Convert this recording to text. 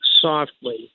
softly